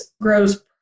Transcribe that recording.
grows